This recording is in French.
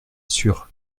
sûr